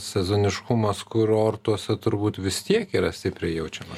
sezoniškumas kurortuose turbūt vis tiek yra stipriai jaučiamas